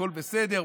הכול בסדר,